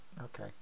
Okay